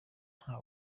nta